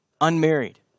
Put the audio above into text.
unmarried